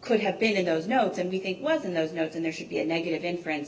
could have been in those notes and be it was in those notes and there should be a negative and friends